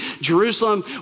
Jerusalem